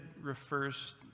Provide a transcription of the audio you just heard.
refers